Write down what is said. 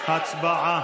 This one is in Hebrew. אנחנו עוברים להצבעה.